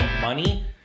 money